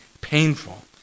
painful